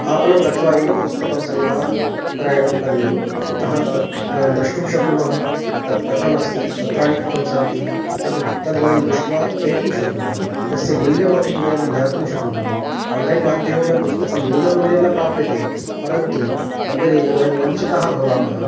आपणं गत्वा एव पुस्तकं सर्वदा क्रयणं करणीयम् यतः तत् वयं द्रष्टुं शक्नुमः तत् कथमस्ति पत्राणि कथं सन्ति सद् तद् वयं दृष्ट्वा क्रेतुं शक्नुमः तस्य मूल्यमपि वयं ज्ञातुं शक्नुमः आन्लैन् माध्यमेन पुस्तकं न्यूनमूल्येन प्राप्यते परन्तु अग्रे वयं वञ्चितः भवामः